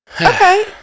okay